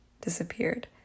disappeared